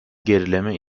gerileme